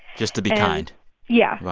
just to be kind yeah.